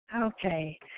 Okay